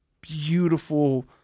beautiful